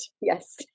Yes